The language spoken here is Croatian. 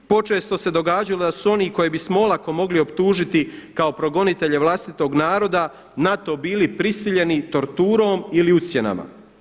Počesto se događalo da su se oni koje bismo olako mogli optužiti kao progonitelje vlastitog naroda na to bili prisiljeni torturom ili ucjenama.